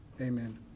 amen